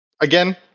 again